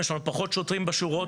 יש לנו פחות שוטרים בשורות,